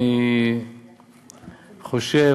אני חושב,